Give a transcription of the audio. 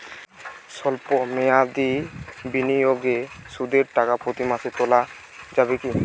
সল্প মেয়াদি বিনিয়োগে সুদের টাকা প্রতি মাসে তোলা যাবে কি?